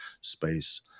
space